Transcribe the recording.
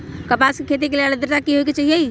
कपास के खेती के लेल अद्रता की होए के चहिऐई?